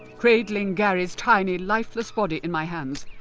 cradling gary's tiny lifeless body in my hands,